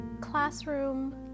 classroom